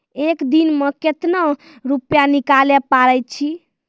एक दिन मे केतना रुपैया निकाले पारै छी?